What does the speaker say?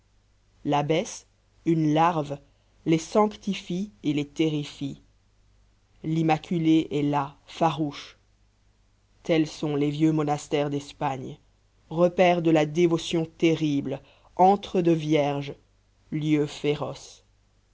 l'abbesse une larve les sanctifie et les terrifie l'immaculé est là farouche tels sont les vieux monastères d'espagne repaires de la dévotion terrible antres de vierges lieux féroces